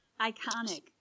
Iconic